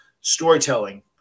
storytelling